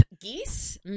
Geese